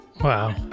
Wow